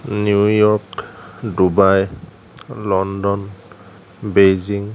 New York Dubai London Beijing